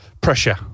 pressure